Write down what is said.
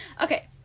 Okay